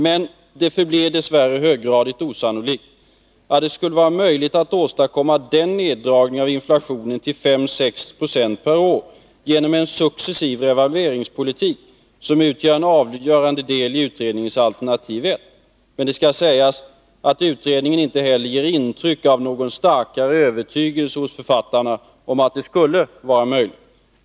Men det förblir dess värre höggradigt osannolikt att det skulle vara möjligt att åstadkomma den neddragning av inflationen till 5-6 6 per år genom en successiv revalveringspolitik som utgör en avgörande del i utredningens alternativ 1. Det skall emellertid sägas att utredningen inte heller ger intryck av någon starkare övertygelse hos författarna om att detta skulle vara möjligt.